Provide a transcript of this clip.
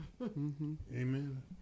Amen